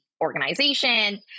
organization